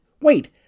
wait